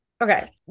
Okay